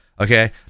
okay